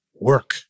work